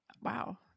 wow